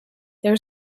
there